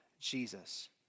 Jesus